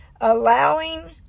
allowing